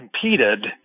competed